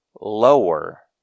lower